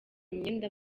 imyenda